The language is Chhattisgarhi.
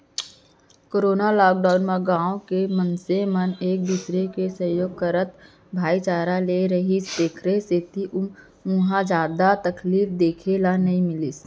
कोरोना लॉकडाउन म गाँव के मनसे मन एक दूसर के सहयोग करत भाईचारा ले रिहिस तेखर सेती उहाँ जादा तकलीफ देखे ल नइ मिलिस